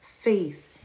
faith